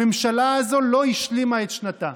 הממשלה הזו לא השלימה את שנתה.